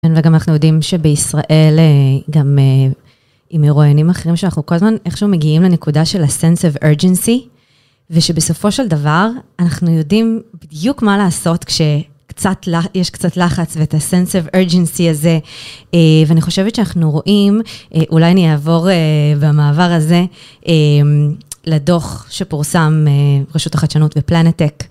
וגם אנחנו יודעים שבישראל, גם עם מרואיינים אחרים, שאנחנו כל הזמן איכשהו מגיעים לנקודה של ה-sense of urgency, ושבסופו של דבר, אנחנו יודעים בדיוק מה לעשות כשיש קצת לחץ, ואת ה-sense of urgency הזה, ואני חושבת שאנחנו רואים, אולי אני אעבור במעבר הזה, לדוח שפורסם רשות החדשנות בפלנטטק.